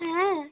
হ্যাঁ